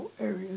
areas